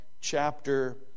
chapter